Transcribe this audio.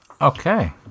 Okay